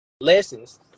lessons